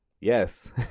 Yes